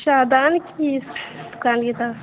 شادان کی اس دکان کی طرف